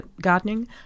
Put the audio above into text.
gardening